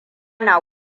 na